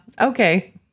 okay